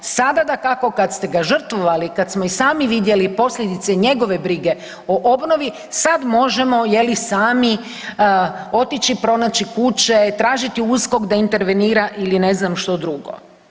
Sada dakako kad ste ga žrtvovali, kad smo i sami vidjeli posljedice njegove brige o obnovi, sad možemo je li, sami otići pronaći kuće, tražiti USKOK da intervenira ili ne znam što drugo.